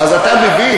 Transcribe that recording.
אבל למה?